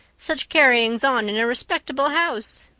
such carryings on in a respectable house!